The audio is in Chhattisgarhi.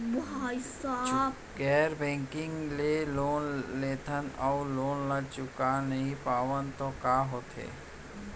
गैर बैंकिंग ले लोन लेथन अऊ लोन ल चुका नहीं पावन त का होथे?